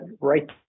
right